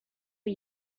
are